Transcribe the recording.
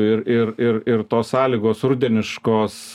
ir ir ir ir tos sąlygos rudeniškos